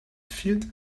field